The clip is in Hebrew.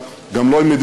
לא עם איראן,